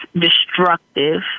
destructive